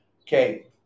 Okay